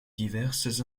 diverses